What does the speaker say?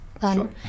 Sure